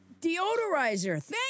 deodorizer